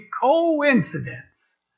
coincidence